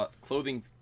clothing